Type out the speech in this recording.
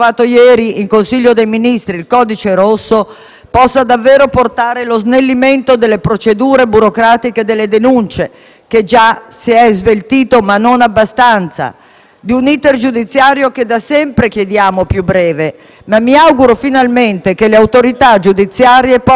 possa davvero portare lo snellimento delle procedure burocratiche delle denunce, che già si è sveltito, ma non abbastanza; di un *iter* giudiziario che da sempre chiediamo più breve. Mi auguro che finalmente le autorità giudiziarie possano accedere autonomamente in rete